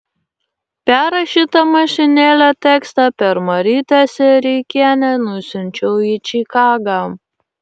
perrašytą mašinėle tekstą per marytę sereikienę nusiunčiau į čikagą